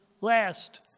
last